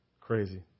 Crazy